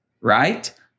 right